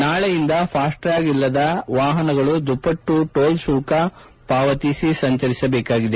ನಾಳೆಯಿಂದ ಫಾಸ್ಟ್ಟ್ಯಾಗ್ ಇಲ್ಲದ ವಾಹನಗಳು ದುಪ್ಪಟ್ಟು ಟೋಲ್ ಶುಲ್ಕ ಪಾವತಿಸಿ ಸಂಚರಿಸಬೇಕಿದೆ